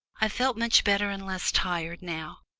i felt much better and less tired now,